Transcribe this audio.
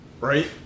Right